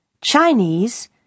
Chinese